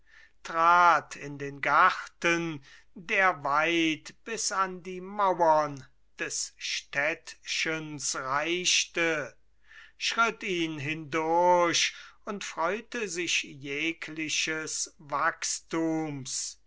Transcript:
trat in den garten der weit bis an die mauern des städtchens reichte schritt ihn hindurch und freute sich jegliches wachstums